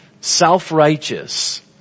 self-righteous